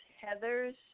Heather's